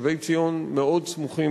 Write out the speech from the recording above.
שבי-ציון מאוד סמוך,